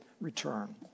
return